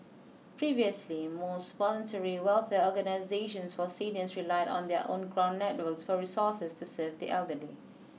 previously most voluntary welfare organisations for seniors relied on their own ground networks for resources to serve the elderly